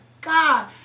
God